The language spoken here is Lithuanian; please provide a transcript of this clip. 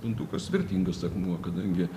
puntukas vertingas akmuo kadangi